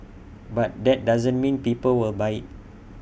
but that doesn't mean people will buy IT